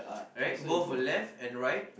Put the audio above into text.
right both left and right